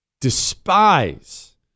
despise